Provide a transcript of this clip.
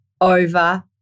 over